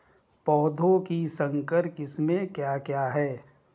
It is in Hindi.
पौधों की संकर किस्में क्या क्या हैं?